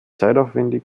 zeitaufwendig